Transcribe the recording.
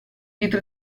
dietro